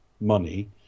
money